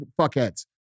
fuckheads